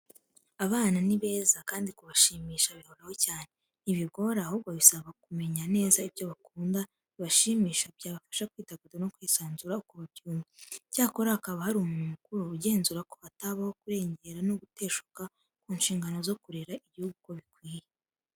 Abana ni beza kandi kubashimisha biroroha cyane, ntibigora ahubwo bisaba kumenya neza ibyo bakunda, bibashimisha, byabafasha kwidagadura no kwisanzura uko babyumva, cyakora hakaba hari umuntu mukuru ugenzura ko hatabaho kurengera no guteshuka ku nshingano zo kurerera igihugu uko bikwiriye.